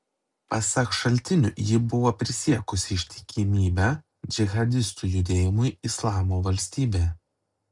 pasak šaltinių ji buvo prisiekusi ištikimybę džihadistų judėjimui islamo valstybė